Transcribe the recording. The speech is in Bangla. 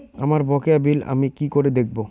আমার বকেয়া বিল আমি কি করে দেখব?